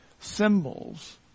symbols